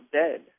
dead